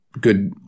good